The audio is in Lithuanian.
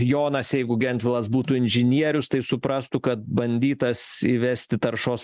jonas jeigu gentvilas būtų inžinierius tai suprastų kad bandytas įvesti taršos